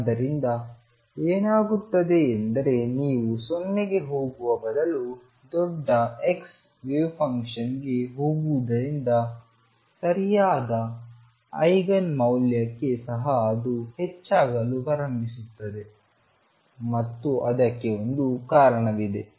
ಆದ್ದರಿಂದ ಏನಾಗುತ್ತದೆ ಎಂದರೆ ನೀವು 0 ಗೆ ಹೋಗುವ ಬದಲು ದೊಡ್ಡ x ವೇವ್ ಫಂಕ್ಷನ್ಗೆ ಹೋಗುವುದರಿಂದ ಸರಿಯಾದ ಐಗನ್ ಮೌಲ್ಯಕ್ಕೆ ಸಹ ಅದು ಹೆಚ್ಚಾಗಲು ಪ್ರಾರಂಭಿಸುತ್ತದೆ ಮತ್ತು ಅದಕ್ಕೆ ಒಂದು ಕಾರಣವಿದೆ